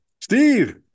Steve